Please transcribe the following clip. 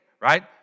right